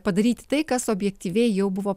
padaryti tai kas objektyviai jau buvo